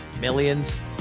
millions